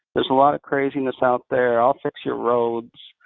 there's a lot of craziness out there. i'll fix your roads.